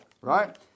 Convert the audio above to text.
right